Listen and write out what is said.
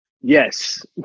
Yes